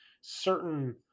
Certain